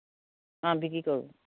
অ' বিক্ৰী কৰোঁ